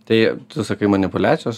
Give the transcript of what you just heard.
tai tu sakai manipuliacijos